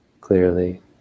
clearly